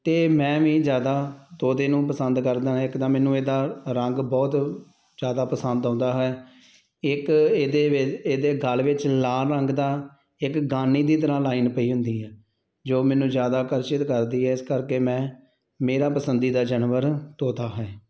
ਅਤੇ ਮੈਂ ਵੀ ਜ਼ਿਆਦਾ ਤੋਤੇ ਨੂੰ ਪਸੰਦ ਕਰਦਾ ਹੈ ਇੱਕ ਤਾਂ ਮੈਨੂੰ ਇਹਦਾ ਰੰਗ ਬਹੁਤ ਜ਼ਿਆਦਾ ਪਸੰਦ ਆਉਂਦਾ ਹੈ ਇੱਕ ਇਹਦੇ ਵਿ ਇਹਦੇ ਗਲ ਵਿੱਚ ਲਾਲ ਰੰਗ ਦਾ ਇੱਕ ਗਾਨੀ ਦੀ ਤਰ੍ਹਾਂ ਲਾਈਨ ਪਈ ਹੁੰਦੀ ਹੈ ਜੋ ਮੈਨੂੰ ਜ਼ਿਆਦਾ ਆਕਰਸ਼ਿਤ ਕਰਦੀ ਹੈ ਇਸ ਕਰਕੇ ਮੈਂ ਮੇਰਾ ਪਸੰਦੀਦਾ ਜਾਨਵਰ ਤੋਤਾ ਹੈ